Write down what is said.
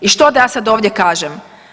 I što da ja sad ovdje kažem?